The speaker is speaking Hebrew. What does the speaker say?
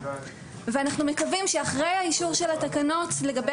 אנחנו מקווים שאחרי אישור התקנות לגבי